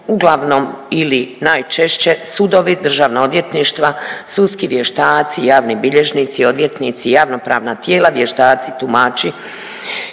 uglavnom ili najčešće sudovi, državna odvjetništva, sudski vještaci, javni bilježnici, odvjetnici, javno-pravna tijela, vještaci, tumači